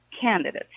candidates